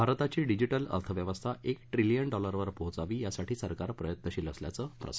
भारताची डिजीटल अर्थव्यवस्था एक ट्रीलीयन डॉलरवर पोहोचावी यासाठी सरकार प्रयत्नशील असल्याचं प्रसाद यांनी सांगितलं